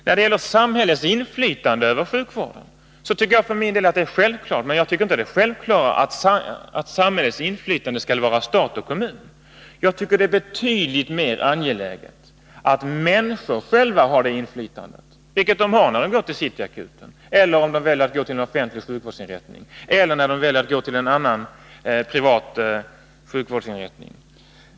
Jag tycker att samhällets inflytande över sjukvården är självklart, men jag tycker inte att det är självklart att samhällets inflytande skall utövas av enbart stat och kommun. Jag tycker att det är betydligt mer angeläget att människorna själva kan utöva ett sådant inflytande. Så är också fallet när de kan välja mellan att vända sig till City Akuten, till någon annan privat sjukvårdsinrättning eller till en offentlig sjukvårdsinrättning.